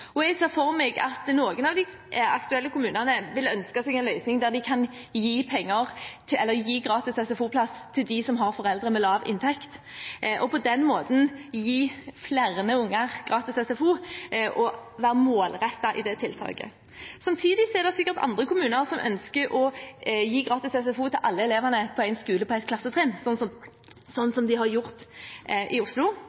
Jeg ser for meg at noen av de aktuelle kommunene vil ønske seg en løsning der de kan gi gratis SFO-plass til dem som har foreldre med lav inntekt, og på den måten gi flere barn gratis SFO og være målrettet i det tiltaket. Samtidig er det sikkert andre kommuner som ønsker å gi gratis SFO til alle elevene på en skole på ett klassetrinn, som de har gjort i Oslo.